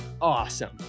awesome